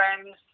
friends